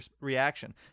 reaction